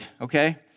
Okay